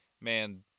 man